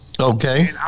Okay